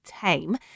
tame